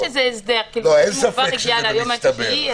יהיה חייב.